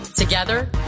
Together